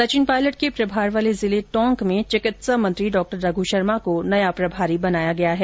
सचिन पायलट के प्रभार वाले जिले टोंक में चिकित्सा मंत्री डॉ रघु शर्मा को नया प्रभारी बनाया गया है